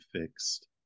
fixed